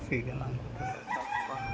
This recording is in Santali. ᱯᱟᱹᱥᱤ ᱡᱟᱞᱟᱢ ᱠᱚᱛᱮᱞᱮ ᱥᱟᱵ ᱠᱚᱣᱟ